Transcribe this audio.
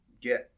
get